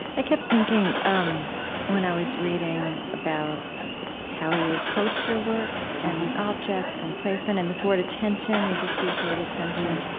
i kept thinking um when i was reading about how you approach your work, and objects, and placement, and this word, attention, you just used the word attention,